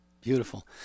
Beautiful